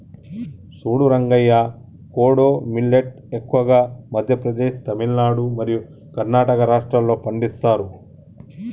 సూడు రంగయ్య కోడో మిల్లేట్ ఎక్కువగా మధ్య ప్రదేశ్, తమిలనాడు మరియు కర్ణాటక రాష్ట్రాల్లో పండిస్తారు